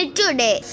today